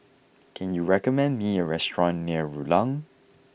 can you recommend me a restaurant near Rulang